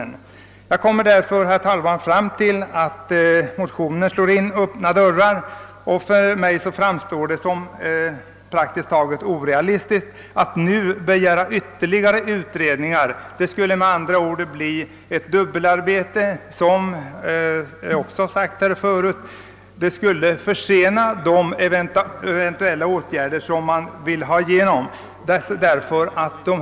Jag kommer fram till att motionärerna slår in öppna dörrar. För mig ter det sig orealistiskt att nu begära ytterligare utredningar. Det skulle åstadkomma ett dubbelarbete och försena de åtgärder man vill genomföra.